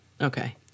Okay